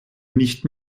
nicht